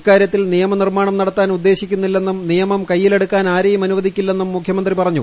ഇക്കാര്യത്തിൽ ട് നിയമനിർമ്മാണം നടത്താൻ ഉദ്ദേശിക്കുന്നില്ലെന്നും നിയമ്ഠ ് കൈയ്യിലെടുക്കാൻ ആരെയും അനുവദിക്കില്ലെന്നും മുഖ്യമന്ത്രി പറഞ്ഞു